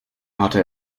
hatte